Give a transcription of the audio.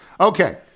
Okay